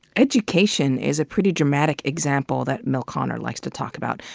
education is a pretty dramatic example that mel konner likes to talk about.